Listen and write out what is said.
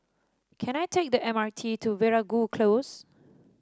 can I take the M R T to Veeragoo Close